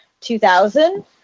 2000